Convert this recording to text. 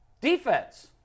Defense